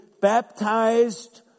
baptized